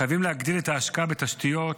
חייבים להגדיל את ההשקעה בתשתיות,